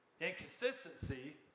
inconsistency